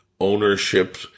ownership